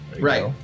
Right